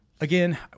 again